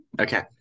Okay